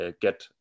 get